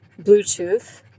Bluetooth